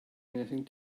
anything